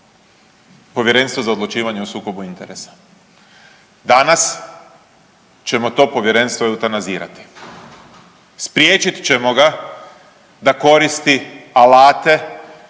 Povjerenstvo za odlučivanje o sukobu interesa. Danas ćemo to povjerenstvo eutanazirati. Spriječit ćemo ga da koristi alate